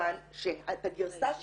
מכיוון שאת הגרסה שלה,